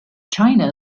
china